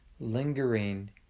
lingering